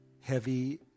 heavy